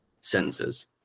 sentences